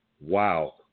Wow